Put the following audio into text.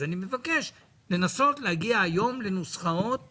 אז אני מבקש לנסות להגיע היום לנוסחאות